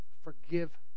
forgive